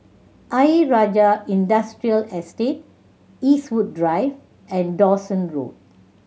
Ayer Rajah Industrial Estate Eastwood Drive and Dawson Road